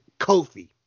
Kofi